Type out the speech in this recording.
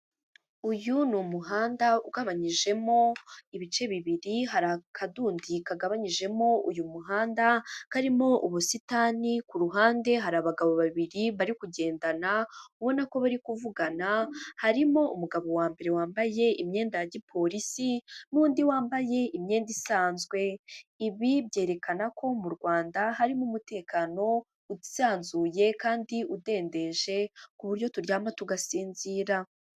Uyu ni umuhanda ugabanyijemo ibice bibiri, hari akadundi kagabanyijemo uyu muhanda karimo ubusitani, ku ruhande hari abagabo babiri bari kugendana ubona ko bari kuvugana, harimo umugabo wa mbere wambaye imyenda ya gipolisi n'undi wambaye imyenda isanzwe. Ibi byerekana ko mu Rwanda harimo umutekano usanzuye kandi udendeje, ku buryo turyama tugasinzira.